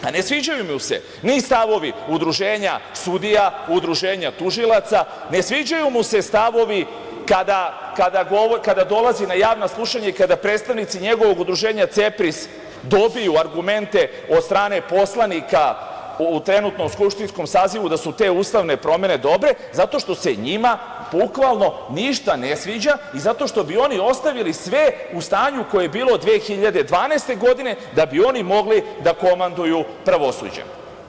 Ne sviđaju mu se ni stavovi Udruženja sudija, Udruženja tužilaca, ne sviđaju mu se stavovi kada dolazi na javna slušanja i kada predstavnici njegovog udruženja CEPRIS dobiju argumente od strane poslanika u trenutnom skupštinskom sazivu, da su te ustavne promene dobre zato što se njima bukvalno ništa ne sviđa i zato što bi oni ostavili sve u stanju koje je bilo 2012. godine da bi oni mogli da komanduju pravosuđem.